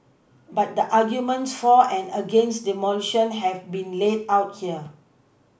but the arguments for and against demolition have been laid out here